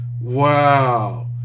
Wow